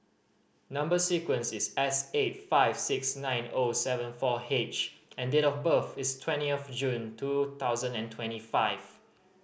number sequence is S eight five six nine O seven four H and date of birth is twenty of June two thousand and twenty five